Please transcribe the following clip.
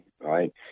right